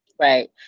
Right